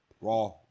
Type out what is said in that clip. raw